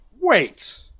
wait